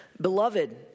Beloved